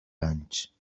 anys